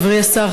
חברי השר,